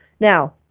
Now